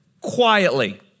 quietly